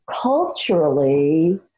culturally